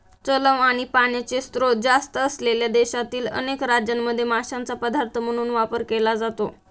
तलाव आणि पाण्याचे स्त्रोत जास्त असलेल्या देशातील अनेक राज्यांमध्ये माशांचा पदार्थ म्हणून वापर केला जातो